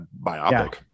biopic